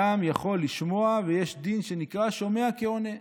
אדם יכול לשמוע, ויש דין שנקרא שומע כעונה.